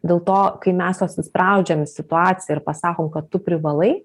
dėl to kai mes juos įspraudžiam į situaciją ir pasakom kad tu privalai